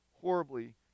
horribly